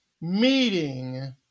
meeting